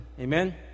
Amen